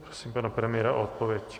Prosím pana premiéra o odpověď.